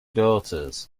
daughters